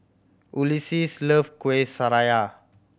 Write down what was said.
Ulises love Kuih Syara